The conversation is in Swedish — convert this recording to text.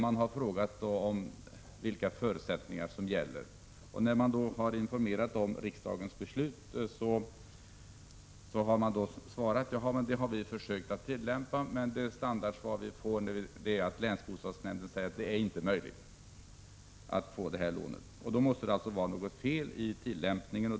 Man har frågat om vilka förutsättningar som gäller. När kommunerna därvid har informe — Prot. 1986/87:50 rats om riksdagens beslut har de svarat att de har försökt tillämpa detta men 16 december 1986 att länbostadsnämndens standardsvar har varit att det inte är möjligt att få. IT ar re sådana lån. Det måste därför vara något fel i tillämpningen.